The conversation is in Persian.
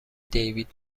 دیوید